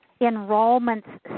enrollments